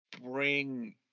bring